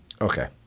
Okay